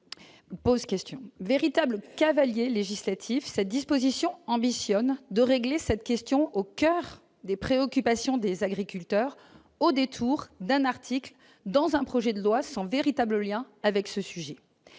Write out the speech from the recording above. pose question véritable cavalier législatif, cette disposition ambitionne de régler cette question au coeur des préoccupations des agriculteurs au détour d'un article dans un projet de loi sans véritable lien avec ce sujet